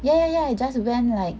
yeah yeah yeah I just went like